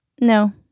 no